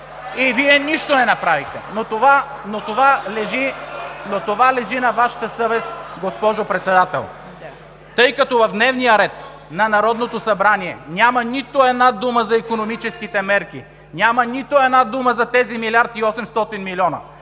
и реплики от ГЕРБ.) Това лежи на Вашата съвест, госпожо Председател. Тъй като в дневния ред на Народното събрание няма нито една дума за икономическите мерки; няма нито една дума за тези милиард и 800 милиона;